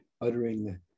uttering